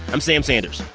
i'm sam sanders.